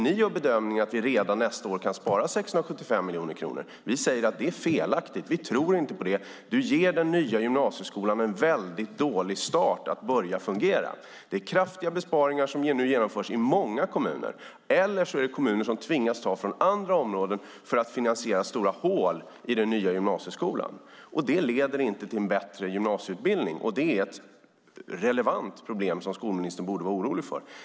Ni gör bedömningen att man redan nästa år kan spara 675 miljoner kronor, och vi säger att det är felaktigt. Vi tror inte på det. Du ger den nya gymnasieskolan en väldigt dålig start att börja fungera. Det är kraftiga besparingar som nu genomförs i många kommuner, eller så är det kommuner som tvingas ta från andra områden för att finansiera stora hål i den nya gymnasieskolan. Det leder inte till en bättre gymnasieutbildning, och det är ett relevant problem som skolministern borde vara orolig för.